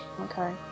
Okay